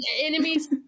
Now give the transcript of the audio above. enemies